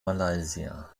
malaysia